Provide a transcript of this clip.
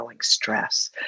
Stress